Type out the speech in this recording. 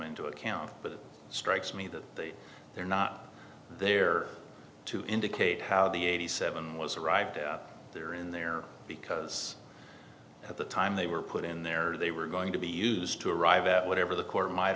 into account but it strikes me that they're not there to indicate how the eighty seven was arrived there in there because at the time they were put in there or they were going to be used to arrive at whatever the court might